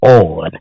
on